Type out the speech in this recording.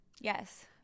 Yes